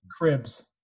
cribs